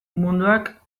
munduak